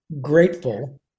grateful